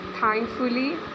thankfully